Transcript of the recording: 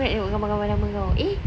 aku nak tengok gambar-gambar lama kau eh